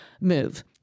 move